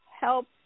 help